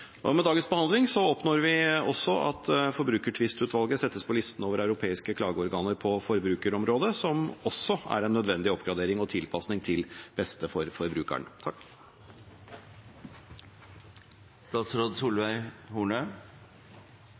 Med dagens behandling oppnår vi også at Forbrukertvistutvalget settes på listen over europeiske klageorganer på forbrukerområdet, noe som også er en nødvendig oppgradering og tilpasning til det beste for forbrukeren.